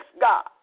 God